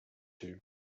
two